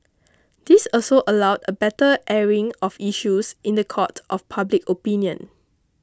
this also allowed a better airing of issues in the court of public opinion